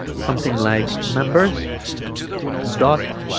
something like members dot